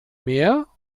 mehr